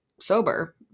sober